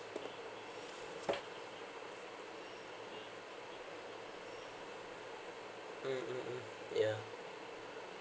mm mm mm yeah